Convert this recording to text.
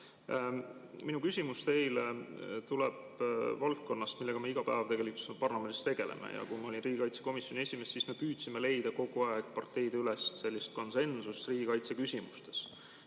Minu küsimus teile tuleb valdkonnast, millega me iga päev parlamendis tegeleme. Kui ma olin riigikaitsekomisjoni esimees, siis me püüdsime leida kogu aeg parteideülest konsensust riigikaitseküsimustes.